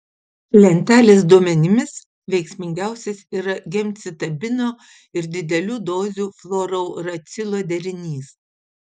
lentelės duomenimis veiksmingiausias yra gemcitabino ir didelių dozių fluorouracilo derinys